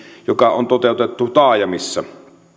joka on toteutettu taajamissa